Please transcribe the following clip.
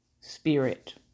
spirit